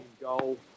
goal